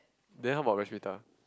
then how about